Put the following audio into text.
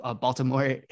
Baltimore